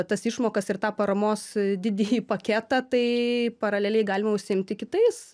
tas išmokas ir tą paramos didįjį paketą tai paraleliai galima užsiimti kitais